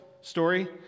story